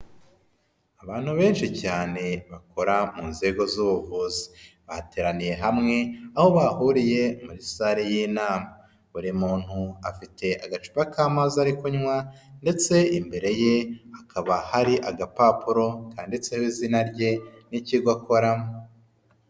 Abantu benshi cyane bakora mu nzego z'ubuvuzi. Bateraniye hamwe aho bahuriye muri salle y'inama. Buri muntu afite agacupa k'amazi ari kunywa ndetse imbere ye hakaba hari agapapuro kandiditseho izina rye n'ikigo akoramo.